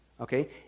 Okay